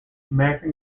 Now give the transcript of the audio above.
american